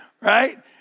Right